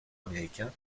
américain